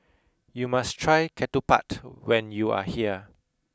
you must try Ketupat when you are here